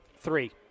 Three